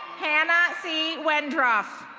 hannah c whendrof.